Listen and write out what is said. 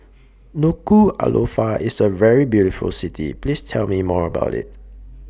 Nuku'Alofa IS A very beautiful City Please Tell Me More about IT